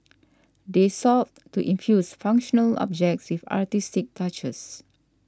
they sought to infuse functional objects with artistic touches